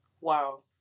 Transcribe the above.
Wow